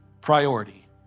priority